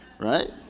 right